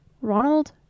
Ronald